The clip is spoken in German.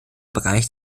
bereich